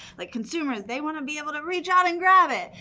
like consumers, they wanna be able to reach out and grab it.